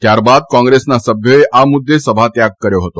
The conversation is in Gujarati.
ત્યારબાદ કોંગ્રેસના સભ્યોએ આ મુદ્દે સભાત્યાગ કર્યો હતો